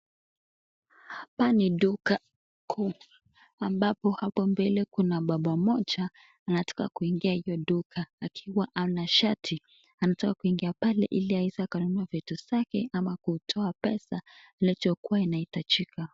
Hapa ni duka kuu ambapo hapo mbele kuna baba moja anataka kuingia hiyo duka akiwa hana shati. Anataka kuingia pale ili aweze akanunua vitu zake ama kutoa pesa ilichokuwa inahitajika.